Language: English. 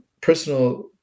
personal